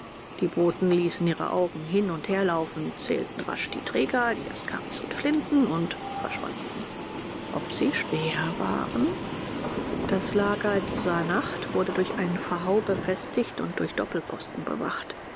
die boten ließen ihre augen hin und her laufen zählten rasch die träger die askaris und flinten und verschwanden ob sie späher waren das lager dieser nacht wurde durch einen verhau befestigt und durch doppelposten bewacht